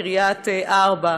קריית ארבע.